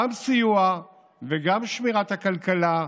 גם סיוע וגם שמירת הכלכלה,